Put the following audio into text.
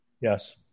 Yes